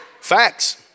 Facts